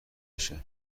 بشه